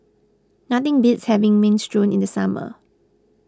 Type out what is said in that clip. nothing beats having Minestrone in the summer